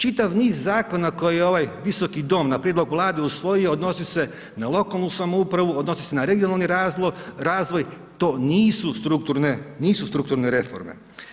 Čitav niz zakona koje je ovaj Visoki dom na prijedlog Vlade usvojio odnosi se na lokalnu samoupravu, odnosi se na regionalni razvoj, to nisu strukturne, nisu strukturne reforme.